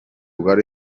hogar